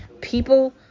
People